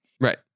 Right